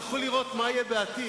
הלכו לראות מה יהיה בעתיד.